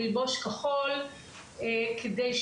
ללבוש כחול כדי,